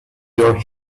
your